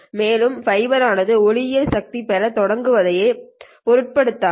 மேலும் ஃபைபர் ஆனது ஒளியியல் சக்தி பெறத் தொடங்குவதை பொருட்படுத்தாது